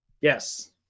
Yes